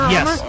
Yes